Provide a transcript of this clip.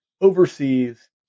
overseas